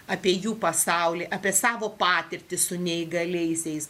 apie jų pasaulį apie savo patirtį su neįgaliaisiais